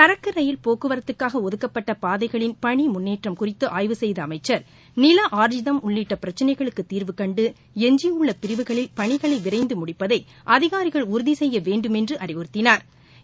சரக்கு ரயில் போக்குவர்துக்காக ஒதுக்கப்பட்ட பாதைகளின் பணி முன்னேற்றம் குறித்து ஆய்வு செய்த அமைச்சர் நில ஆர்ஜிதம் உள்ளிட்ட பிரச்சினைகளுக்கு தீர்வு கண்டு எஞ்சியுள்ள பிரிவுகளில் பணிகளை விரைந்து முடிப்பதை அதிகாரிகள் உறுதி செய்ய வேண்டுமென்று அறிவுறத்தினாா்